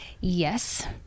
Yes